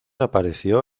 apareció